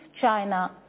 China